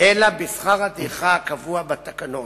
אלא בשכר הטרחה הקבוע בתקנות.